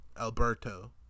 Alberto